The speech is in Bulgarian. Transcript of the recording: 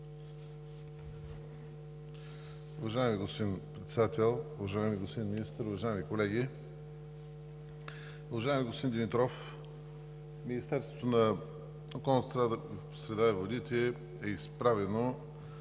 Уважаеми господин Председател, уважаеми господин Министър, уважаеми колеги! Уважаеми господин Димитров, Министерството на околната среда и водите както